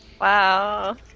Wow